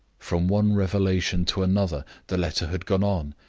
from one revelation to another the letter had gone on,